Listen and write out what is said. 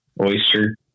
oyster